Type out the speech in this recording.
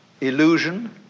illusion